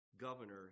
governor